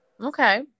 Okay